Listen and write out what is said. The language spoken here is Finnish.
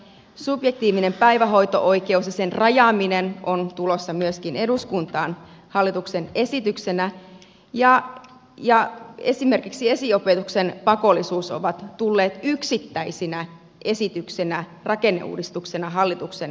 myöskin subjektiivinen päivähoito oikeus ja sen rajaaminen on tulossa eduskuntaan hallituksen esityksenä ja esimerkiksi esiopetuksen pakollisuus on tullut yksittäisenä esityksenä rakenneuudistuksena hallituksen pöydältä